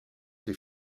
des